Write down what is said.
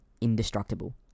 indestructible